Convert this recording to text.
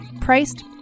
priced